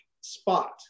spot